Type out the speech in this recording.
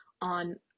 on